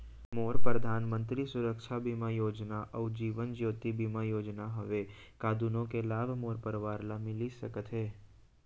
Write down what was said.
मोर परधानमंतरी सुरक्षा बीमा योजना अऊ जीवन ज्योति बीमा योजना हवे, का दूनो के लाभ मोर परवार ल मिलिस सकत हे?